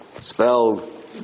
spelled